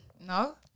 No